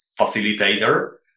facilitator